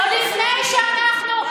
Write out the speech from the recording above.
איילת, אבל גם אתם מכרתם לחרדים כשהייתם שם.